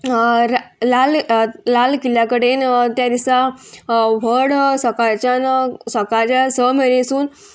रा लाल लाल किल्ल्या कडेन त्या दिसा व्हड सकाळच्यान सकाळच्या स म्हयनेसून